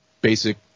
basic